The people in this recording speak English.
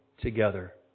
together